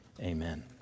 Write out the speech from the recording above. Amen